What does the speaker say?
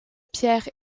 pierre